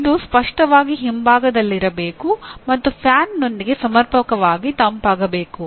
ಇದು ಸ್ಪಷ್ಟವಾಗಿ ಹಿಂಭಾಗದಲ್ಲಿರಬೇಕು ಮತ್ತು ಫ್ಯಾನ್ನೊಂದಿಗೆ ಸಮರ್ಪಕವಾಗಿ ತಂಪಾಗಬೇಕು